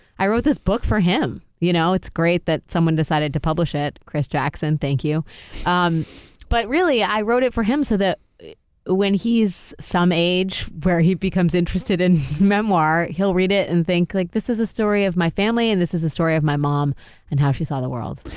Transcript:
i wrote this book for him. you know it's great that someone decided to publish it, it, chris jackson, thank you um but really i wrote it for him so that when he's some age where he becomes interested in memoir he'll read it and think like this is a story of my family and this is a story of my mom and how she saw the world.